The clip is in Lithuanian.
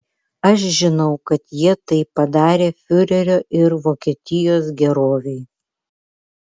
aš žinau kad jie tai padarė fiurerio ir vokietijos gerovei